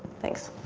thanks.